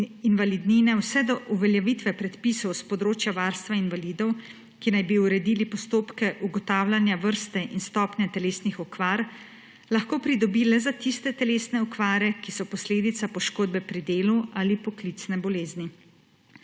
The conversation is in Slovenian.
invalidnine vse do uveljavitve predpisov s področja varstva invalidov, ki naj bi uredili postopke ugotavljanja vrste in stopnje telesnih okvar, lahko pridobi le za tiste telesne okvare, ki so posledica poškodbe pri delu ali poklicne bolezni.